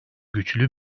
güçlü